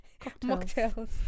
Mocktails